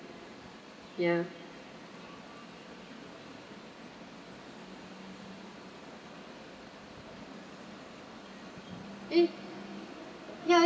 ya eh ya ya